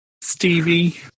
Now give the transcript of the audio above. Stevie